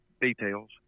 details